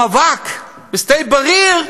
המאבק בשדה-בריר,